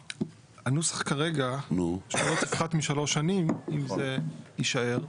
הנוסח כרגע שלא תפחת משלוש שנים אם זה יישאר,